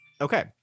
Okay